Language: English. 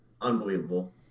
Unbelievable